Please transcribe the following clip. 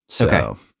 okay